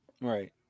right